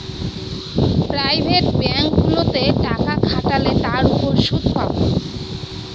private ব্যাঙ্কগুলোতে টাকা খাটালে তার উপর সুদ পাবো